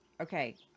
okay